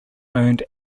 owned